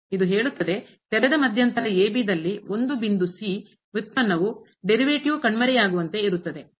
ಇದು ಹೇಳುತ್ತದೆ ತೆರೆದ ಮಧ್ಯಂತರ ದಲ್ಲಿ ಒಂದು ಬಿಂದು c ಉತ್ಪನ್ನವು ಡೆರಿವಿಟಿಯು ಕಣ್ಮರೆಯಾಗುವಂತೆ ಇರುತ್ತದೆ